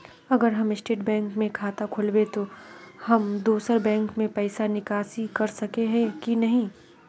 अगर हम state bank में खाता खोलबे तो हम दोसर बैंक से पैसा निकासी कर सके ही की नहीं?